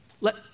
Let